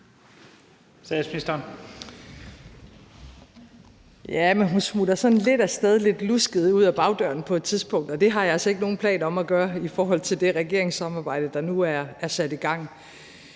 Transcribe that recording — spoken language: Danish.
hun smutter sådan lidt af sted lidt lusket ud ad bagdøren på et tidspunkt, og det har jeg altså ikke nogen planer om at gøre i forhold til det regeringssamarbejde, der nu er sat i gang.